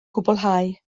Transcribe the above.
gwblhau